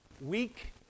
Weak